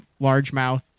largemouth